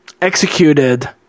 executed